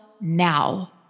Now